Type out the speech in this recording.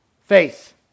Faith